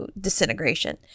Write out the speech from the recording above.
disintegration